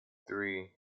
three